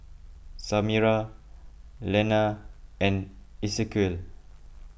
Samira Lenna and Esequiel